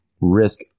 risk